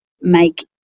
make